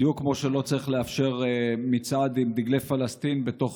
בדיוק כמו שלא צריך לאפשר מצעד עם דגלי פלסטין בתוך